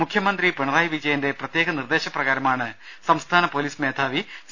മുഖ്യമന്ത്രി പിണറായി വിജയന്റെ പ്രത്യേക നിർദേശപ്രകാരമാണ് സംസ്ഥാന പോലീസ് മേധാവി സി